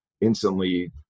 instantly